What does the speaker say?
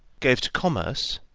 gave to commerce,